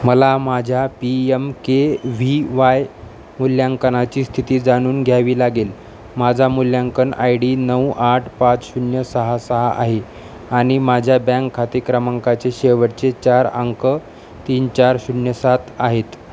मला माझ्या P M K V Y मूल्यांकनाची स्थिती जाणून घ्यावी लागेल माझा मूल्यांकन आय डी नऊ आठ पाच शून्य सहा सहा आहे आणि माझ्या बँक खाते क्रमांकाचे शेवटचे चार अंक तीन चार शून्य सात आहेत